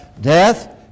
death